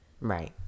Right